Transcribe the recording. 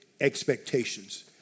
expectations